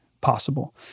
possible